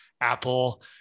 Apple